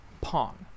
pong